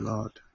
Lord